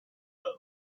road